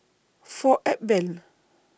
four Apbel